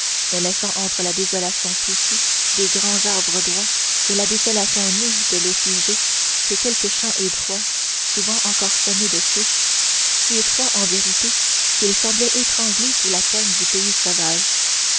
ne laissant entre la désolation touffue des grands arbres droits et la désolation nue de l'eau figée que quelques champs étroits souvent encore semés de souches si étroits en vérité qu'ils semblaient étranglés sous la poigne du pays sauvage